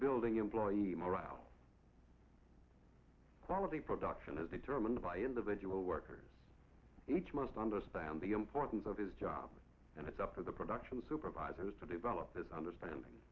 building employee morale quality production as determined by individual workers each must understand the importance of his job and it's up to the production supervisors to develop his understanding